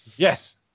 Yes